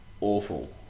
awful